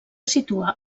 situa